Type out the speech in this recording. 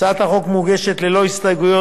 הצעת החוק מוגשת ללא הסתייגויות,